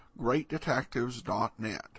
GreatDetectives.net